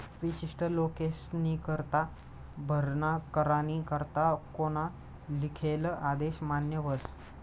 विशिष्ट लोकेस्नीकरता भरणा करानी करता कोना लिखेल आदेश मान्य व्हस